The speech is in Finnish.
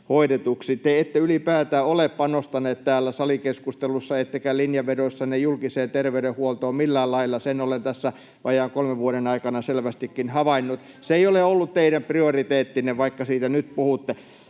Te ette ylipäätään ole panostaneet täällä salikeskustelussa ettekä linjanvedoissanne julkiseen terveydenhuoltoon millään lailla. Sen olen tässä vajaan kolmen vuoden aikana selvästikin havainnut. Se ei ole ollut teidän prioriteettinne, vaikka siitä nyt puhutte.